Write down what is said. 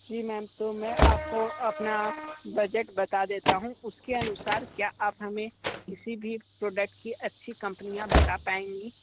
जी ma'am तो मैं आपको अपना बजट बता देता हूँ उसके अनुसार क्या आप हमें किसी भी प्रॉडक्ट की अच्छी कम्पनियां बता पाएंगी